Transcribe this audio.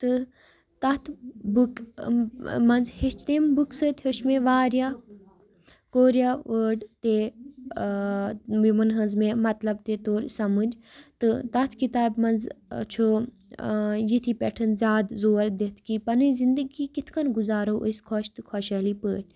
تہٕ تَتھ بُکہِ منٛز ہیٚچھ تمہِ بُکہِ سۭتۍ ہیوٚچھ مےٚ واریاہ کوریا وٲڈ تہِ یِمَن ہٕنٛز مےٚ مطلب تہِ توٚر سَمٕجھ تہٕ تَتھ کِتابہِ منٛز چھُ یِتھی پٮ۪ٹھ زیادٕ زور دِتھ کہِ پَنٕنۍ زندگی کِتھ کٔنۍ گُزارو أسۍ خۄش تہٕ خۄشحٲلی پٲٹھۍ